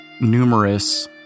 numerous